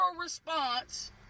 response